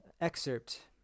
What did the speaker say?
excerpt